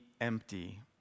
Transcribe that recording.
empty